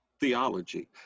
theology